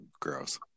gross